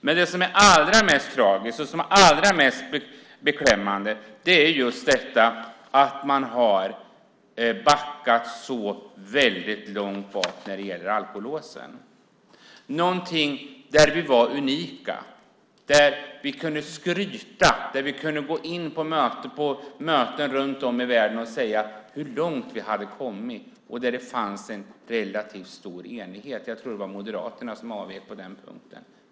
Men det som är allra mest tragiskt och allra mest beklämmande är att man har backat så väldigt långt tillbaka när det gäller alkolåsen. Där var vi unika. Vi kunde skryta. Vi kunde gå in på möten runt om i världen och berätta hur långt vi hade kommit, och det fanns en relativt stor enighet. Jag tror att det var Moderaterna som avvek på den punkten.